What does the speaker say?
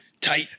Tight